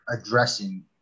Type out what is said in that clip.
addressing